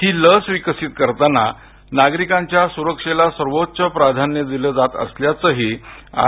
ही लस विकसित करताना नागरिकांच्या सुरक्षेला सर्वोच्च प्राधान्य दिलं जात असल्याचंही आय